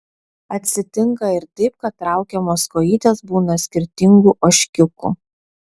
atsitinka ir taip kad traukiamos kojytės būna skirtingų ožkiukų